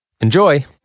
Enjoy